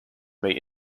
may